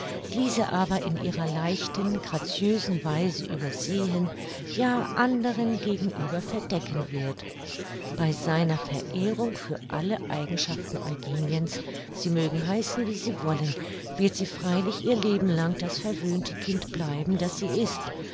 diese aber in ihrer leichten graziösen weise übersehen ja anderen gegenüber verdecken wird bei seiner verehrung für alle eigenschaften eugeniens sie mögen heißen wie sie wollen wird sie freilich ihr lebenlang das verwöhnte kind bleiben das sie ist